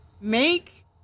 make